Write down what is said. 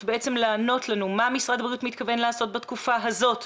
ולנות לנו מה משרד הבריאות מתכוון לעשות דווקא בתקופה הזאת